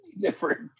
different